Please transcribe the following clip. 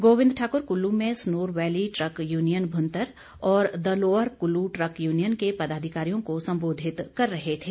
गोविंद ठाकुर कुल्लू में Sanor valley truck union Bhuntar और the lower Kullu truck union के पदाधिकारियों को सम्बोधित कर रहे थे